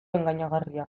engainagarria